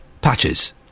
patches